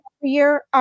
year